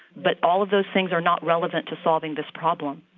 but all of those things are not relevant to solving this problem.